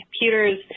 computers